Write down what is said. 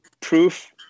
proof